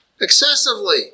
excessively